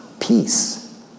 peace